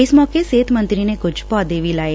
ਇਸ ਮੌਕੇ ਸਿਹਤ ਮੰਤਰੀ ਨੇ ਕੁਝ ਪੌਦੇ ਵੀ ਲਾਏ